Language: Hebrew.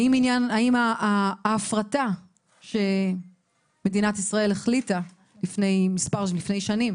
האם ההפרטה שמדינת ישראל החליטה לפני שנים